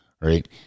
right